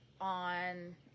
on